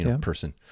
person